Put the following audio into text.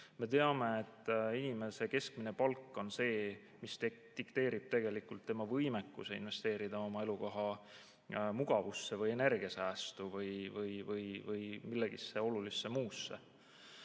Me teame, et inimese keskmine palk on see, mis dikteerib tegelikult tema võimekuse investeerida oma elukoha mugavusse, energiasäästu või millessegi muusse